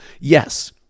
Yes